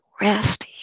rest